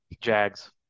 Jags